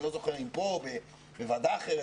אני לא זוכר אם פה או בוועדה אחרת,